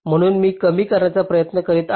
म्हणून मी कमी करण्याचा प्रयत्न करीत आहे